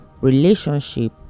relationship